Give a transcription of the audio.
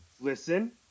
listen